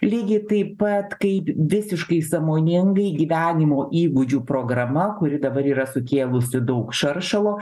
lygiai taip pat kaip visiškai sąmoningai gyvenimo įgūdžių programa kuri dabar yra sukėlusi daug šaršalo